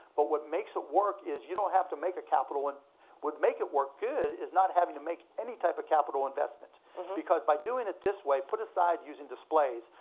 but what makes it work is you don't have to make a capital, and would make it work good is not having to make any type of capital investment because by doing it this way, put aside using displays,